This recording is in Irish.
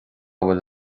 bhfuil